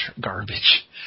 garbage